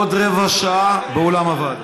בעוד רבע שעה באולם הוועדה.